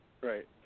Right